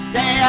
Say